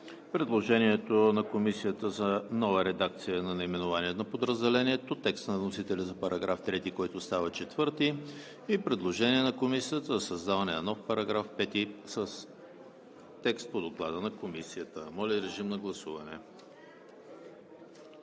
предложението на Комисията за нова редакция на наименованието на подразделението; текста на вносителя за § 3, който става § 4; и предложение на Комисията за създаване на нов § 5 с текст по Доклада на Комисията. Гласували